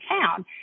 town